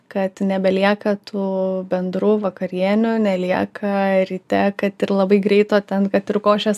kad nebelieka tų bendrų vakarienių nelieka ryte kad ir labai greito ten kad ir košės